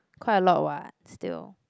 quite a lot what still